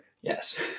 Yes